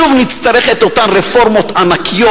שוב נצטרך את אותן רפורמות ענקיות,